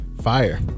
fire